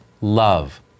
love